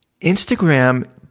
Instagram